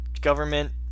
government